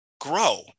grow